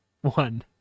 One